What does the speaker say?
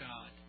God